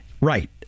Right